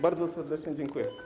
Bardzo serdecznie dziękuję.